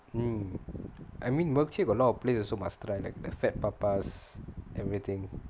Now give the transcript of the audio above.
hmm I mean milkshake got a lot of place also must try like the Fat Papas everything